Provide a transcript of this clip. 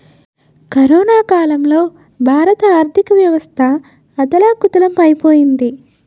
corona కాలంలో భారత ఆర్థికవ్యవస్థ అథాలకుతలం ఐపోయింది